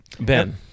Ben